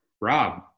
Rob